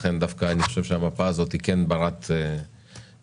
לכן אני חושב שהמפה הזאת כן ברת ייחוס.